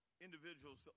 individuals